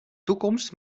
toekomst